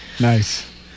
nice